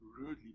rudely